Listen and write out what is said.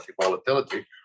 volatility